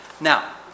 Now